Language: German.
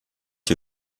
die